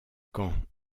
camp